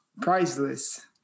priceless